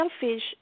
selfish